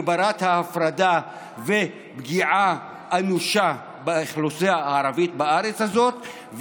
הגברת ההפרדה ופגיעה אנושה באוכלוסייה הערבית בארץ הזאת.